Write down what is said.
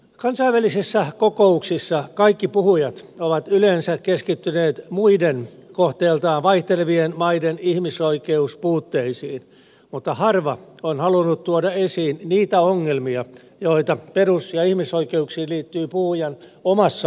kansainvälisissä kokouksissa kaikki puhujat ovat yleensä keskittyneet muiden kohteiltaan vaihtelevien maiden ihmisoikeuspuutteisiin mutta harva on halunnut tuoda esiin niitä ongelmia joita perus ja ihmisoikeuksiin liittyy puhujan omassa maassa